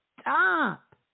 stop